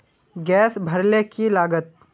Gas भरले की लागत?